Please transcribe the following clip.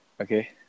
okay